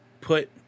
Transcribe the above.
put